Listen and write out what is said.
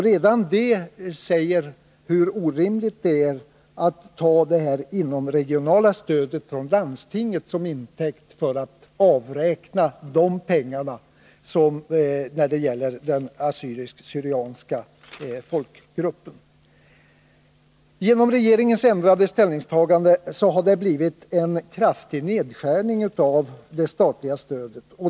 Redan detta säger hur orimligt det är att ta det inomregionala stödet från landstinget till intäkt för att avräkna de pengar som gäller den assyriska/syrianska folkgruppen. Genom regeringens ändrade ställningstagande har det blivit en kraftig nedskärning av det statliga stödet.